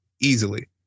easily